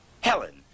Helen